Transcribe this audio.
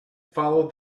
followed